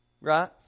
Right